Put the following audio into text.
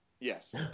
Yes